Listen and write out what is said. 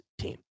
team